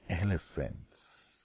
elephants